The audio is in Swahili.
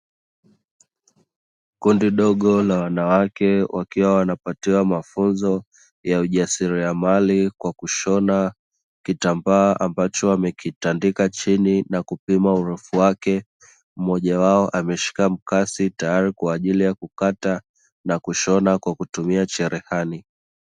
Kundi dogo la wanawake wakiwa wanapatiwa mafunzo ya ujasiriamali, kwa kushona kitambaa ambacho wamekitandika chini na kupima urefu wake, mmoja wao ameshika mkasi tayari kwa ajili ya kukata na kushona kwa kutumia cherehani.